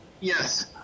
Yes